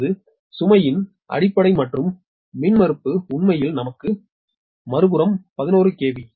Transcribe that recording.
இப்போது சுமையின் அடிப்படை மின்மறுப்பு உண்மையில் நமக்கு மறுபுறம் 11 கே